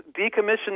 decommissioned